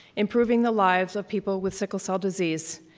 improving the lives of people with sickle cell disease.